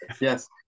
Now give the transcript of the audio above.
Yes